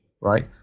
right